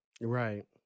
Right